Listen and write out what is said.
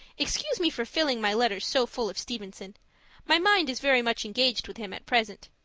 excuse me for filling my letters so full of stevenson my mind is very much engaged with him at present.